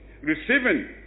receiving